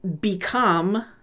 become